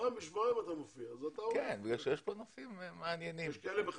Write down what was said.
שיש פה נושאים מעניינים.